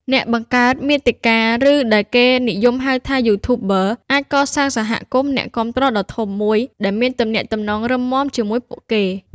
អ្នកបង្កើតមាតិកា ឬដែលគេនិយមហៅថា YouTubers អាចកសាង សហគមន៍អ្នកគាំទ្រដ៏ធំមួយ ដែលមានទំនាក់ទំនងរឹងមាំជាមួយពួកគេ។